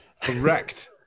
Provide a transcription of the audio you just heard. Correct